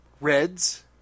Reds